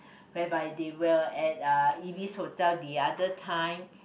whereby they will at Ibis hotel the other time